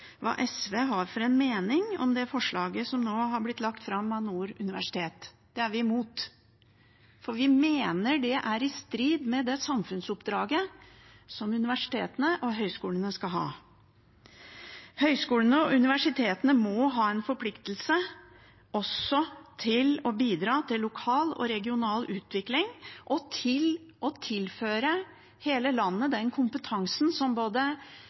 hva SV har for mening om det forslaget som nå har blitt lagt fram av Nord universitet – det er vi imot. Vi mener det er i strid med det samfunnsoppdraget som universitetene og høyskolene skal ha. Høyskolene og universitetene må ha en forpliktelse til også å bidra til lokal og regional utvikling og til å tilføre hele landet den kompetansen som